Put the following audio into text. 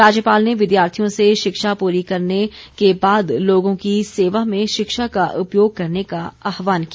राज्यपाल ने विद्यार्थियों से शिक्षा पूरी करने के बाद लोगों की सेवा में शिक्षा का उपयोग करने का आहवान किया